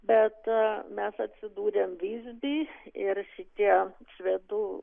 bet mes atsidūrėm vizby ir šitie švedų